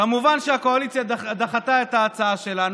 כמובן שהקואליציה דחתה את ההצעה שלנו.